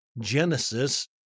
Genesis